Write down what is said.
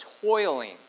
toiling